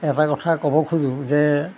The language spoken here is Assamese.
এটা কথা ক'ব খোজোঁ যে